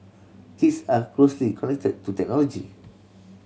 kids are closely connected to technology